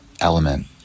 element